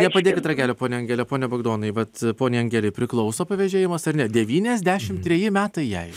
nepadėkit ragelio ponia angele ponia bagdonai vat poniai angelei priklauso pavežėjimas ar ne devyniasdešim treji metai jai